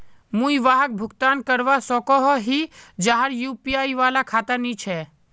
मुई वहाक भुगतान करवा सकोहो ही जहार यु.पी.आई वाला खाता नी छे?